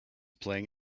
playing